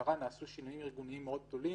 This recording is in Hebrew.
ובמשטרה באמת נעשו שינויים ארגוניים מאוד גדולים,